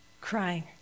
crying